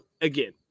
again